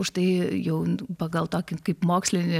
užtai jau pagal tokį kaip mokslinį